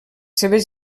seves